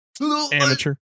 amateur